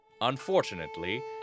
Unfortunately